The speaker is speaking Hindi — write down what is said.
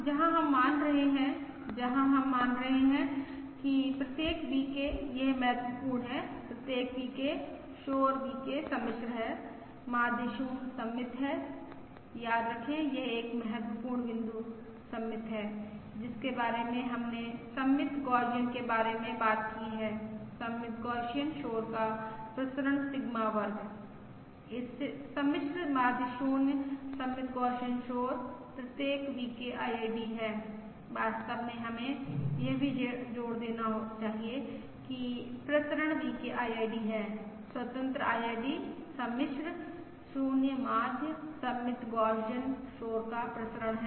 जहां हम मान रहे हैं जहां हम मान रहे हैं कि प्रत्येक VK यह महत्वपूर्ण है प्रत्येक VK शोर VK सम्मिश्र है माध्य 0 सममित है याद रखें यह एक महत्वपूर्ण बिंदु सममित है जिसके बारे में हमने सममित गौसियन के बारे में बात की है सममित गौसियन शोर का प्रसरण सिग्मा वर्ग इस सम्मिश्र माध्य 0 सममित गौसियन शोर प्रत्येक VK IID है वास्तव में हमें यह भी जोर देना चाहिए कि प्रसरण VK IID हैं स्वतंत्र IID सम्मिश्र 0 माध्य सममित गौसियन शोर का प्रसरण है